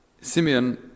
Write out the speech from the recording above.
Simeon